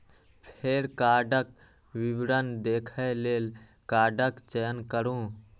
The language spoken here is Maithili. फेर कार्डक विवरण देखै लेल कार्डक चयन करू